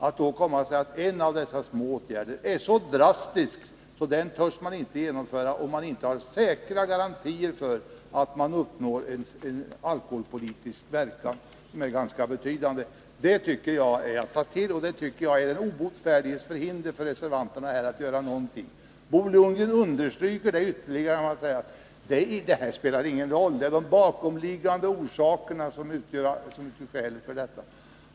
Att då komma och säga att en av dessa små åtgärder är så drastisk att man inte törs genomföra den, om man inte kan ge säkra garantier för att man uppnår en alkoholpolitisk effekt som är ganska betydande, tycker jag är att ta till. Det är den obotfärdiges förhinder för reservanterna att här inte göra någonting. Bo Lundgren understryker det ytterligare genom att säga att det här spelar ingen roll, utan att det är de bakomliggande orsakerna som man här bör komma åt.